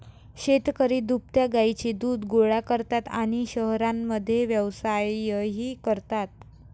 शेतकरी दुभत्या गायींचे दूध गोळा करतात आणि शहरांमध्ये व्यवसायही करतात